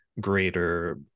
greater